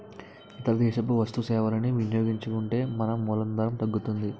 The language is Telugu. ఇతర దేశపు వస్తు సేవలని వినియోగించుకుంటే మన మూలధనం తగ్గుతుంది